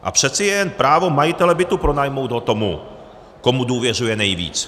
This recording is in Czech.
A přeci je jen právo majitele bytu pronajmout ho tomu, komu důvěřuje nejvíc.